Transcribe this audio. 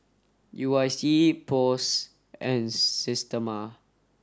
U I C Post and Systema